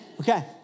okay